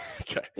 Okay